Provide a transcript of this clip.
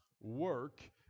work